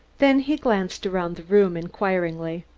then he glanced around the room inquiringly.